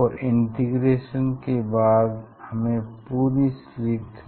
और इंटीग्रेशन के बाद हमें पूरी स्लिट